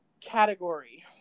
category